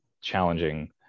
challenging